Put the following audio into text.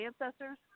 ancestors